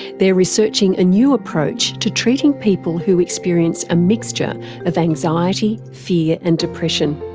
they're researching a new approach to treating people who experience a mixture of anxiety, fear and depression.